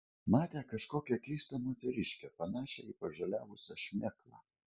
matė kažkokią keistą moteriškę panašią į pažaliavusią šmėklą